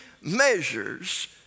measures